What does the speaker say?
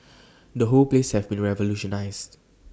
the whole place has been revolutionised